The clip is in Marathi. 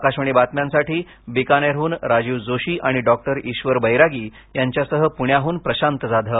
आकाशवाणीबातम्यांसाठी बिकानेरहून राजीव जोशी आणि डॉक्टर ईश्वर बैरागी यांच्यासह पुण्याहून प्रशांत जाधव